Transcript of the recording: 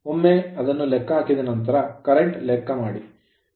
ಒಮ್ಮೆ ಅದನ್ನು ಲೆಕ್ಕಹಾಕಿದ ನಂತರ current ಕರೆಂಟ್ ಲೆಕ್ಕಮಾಡಿ